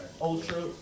ultra